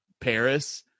paris